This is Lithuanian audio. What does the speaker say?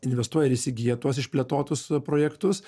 investuoja ir įsigyja tuos išplėtotus projektus